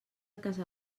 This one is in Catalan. casa